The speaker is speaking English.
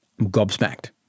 Gobsmacked